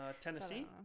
Tennessee